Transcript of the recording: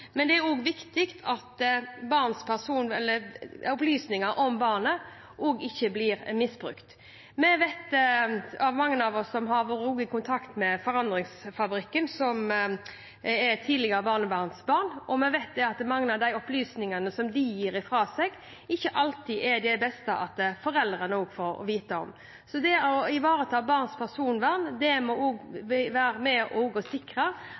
men det er også viktig at opplysninger om barnet ikke blir misbrukt. Mange av oss som har vært i kontakt med Forandringsfabrikken, som består av tidligere barnevernsbarn, vet at mange av de opplysningene som de gir fra seg, er det best at foreldrene ikke får vite om. Så det å ivareta barns personvern må også handle om å sikre